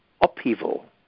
upheaval